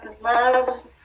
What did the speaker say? Love